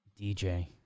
DJ